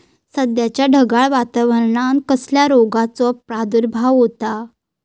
सध्याच्या ढगाळ वातावरणान कसल्या रोगाचो प्रादुर्भाव होता?